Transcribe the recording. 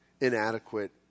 inadequate